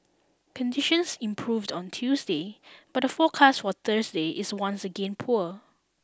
conditions improved on Tuesday but the forecast was Thursday is once again poor